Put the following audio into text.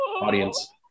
audience